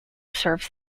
serves